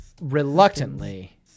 reluctantly